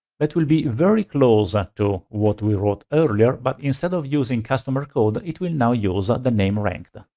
that will be very close ah to what we wrote earlier, but instead of using customer code, it will now use ah the name ranked.